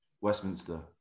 Westminster